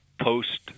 post